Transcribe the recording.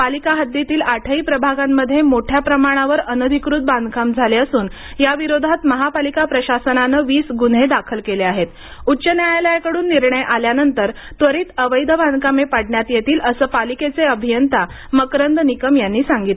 पालिका हद्दीतील आठही प्रभागांमध्ये मोठ्या प्रमाणावर अनधिकृत बांधकाम झाले असुन या विरोधात महापालिका प्रशासनाने वीस गुन्हे दाखल केले आहेत उच्च न्यायालयाकडून निर्णय आल्यानंतर त्वरित अवैध बाधकामे पाडण्यात येतील असं पालिकेचे अभियंता मकरंद निकम यांनी सांगितलं